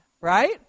right